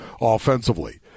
offensively